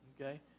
okay